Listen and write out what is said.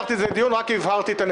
יכול.